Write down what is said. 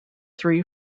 three